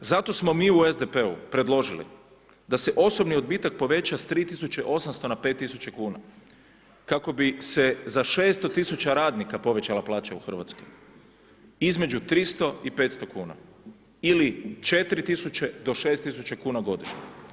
Zato smo mi u SDP-u predložili da se osobni odbitak poveća s 3.800 na 5.000 kuna, kako bi se za 600.000 radnika povećala plaća u Hrvatskoj, između 300 i 500 kuna, ili 4.000 do 6.000 kuna godišnje.